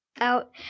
out